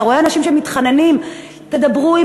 אתה רואה אנשים שמתחננים: תדברו עם